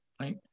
right